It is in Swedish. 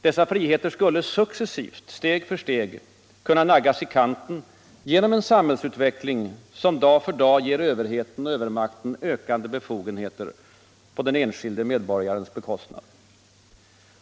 Dessa friheter skulle successivt kunna naggas i kanten genom en samhällsutveckling som steg för steg, dag för dag ger överheten och övermakten ökande befogenheter på de enskilda medborgarnas bekostnad.